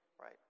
right